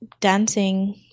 dancing